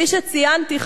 כפי שציינתי,